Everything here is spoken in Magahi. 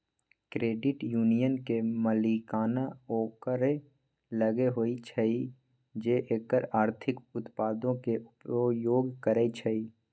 क्रेडिट यूनियन के मलिकाना ओकरे लग होइ छइ जे एकर आर्थिक उत्पादों के उपयोग करइ छइ